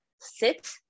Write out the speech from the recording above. sit